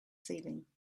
ceiling